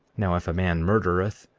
now, if a man murdereth,